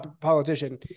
politician